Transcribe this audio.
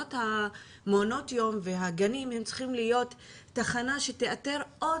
מסגרות מעונות היום והגנים צריכים להיות תחנה שתאתר עוד